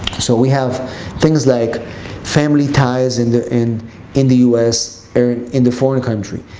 so we have things like family ties in the, in in the u s. or in the foreign country.